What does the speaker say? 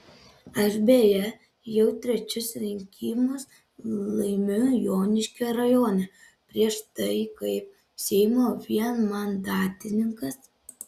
aš beje jau trečius rinkimus laimiu joniškio rajone prieš tai kaip seimo vienmandatininkas